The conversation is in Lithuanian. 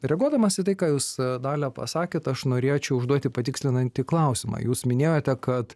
reaguodamas į tai ką jūs dalia pasakėt aš norėčiau užduoti patikslinantį klausimą jūs minėjote kad